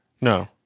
No